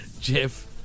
Jeff